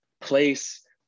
place